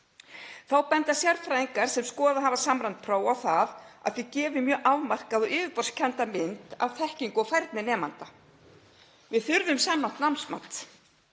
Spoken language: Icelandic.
Þá benda sérfræðingar sem skoðað hafa samræmd próf á það að þau gefi mjög afmarkaða og yfirborðskennda mynd af þekkingu og færni nemenda. Við þurfum samræmt námsmat